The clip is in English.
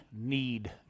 need